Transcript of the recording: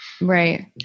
Right